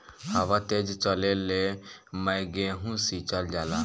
हवा तेज चलले मै गेहू सिचल जाला?